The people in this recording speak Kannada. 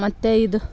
ಮತ್ತೆ ಇದು